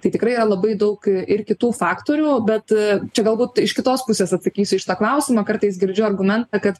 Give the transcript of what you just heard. tai tikrai yra labai daug e ir kitų faktorių bet čia galbūt iš kitos pusės atsakysiu į šitą klausimą kartais girdžiu argumentą kad